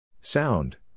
Sound